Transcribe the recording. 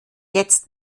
jetzt